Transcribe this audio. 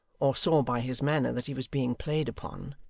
or saw by his manner that he was being played upon,